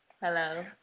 Hello